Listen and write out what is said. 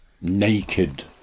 naked